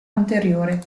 anteriore